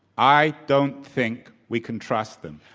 i don't think we can trust them.